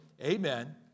amen